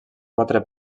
quatre